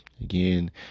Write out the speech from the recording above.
Again